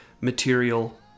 material